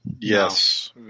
Yes